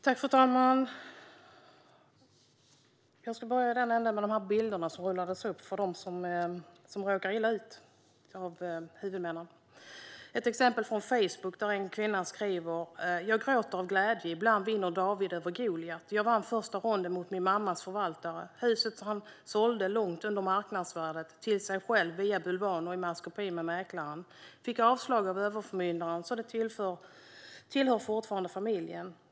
Fru talman! Jag börjar med de bilder som rullas upp av de huvudmän som råkar illa ut. Det finns ett exempel från Facebook, där en kvinna skriver: Jag gråter av glädje. Ibland vinner David över Goliat. Jag vann första ronden mot min mammas förvaltare. Huset han sålde långt under marknadsvärdet till sig själv via bulvaner i maskopi med mäklaren fick avslag av överförmyndaren. Huset tillhör fortfarande familjen.